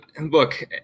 look